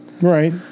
Right